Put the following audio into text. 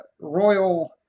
royal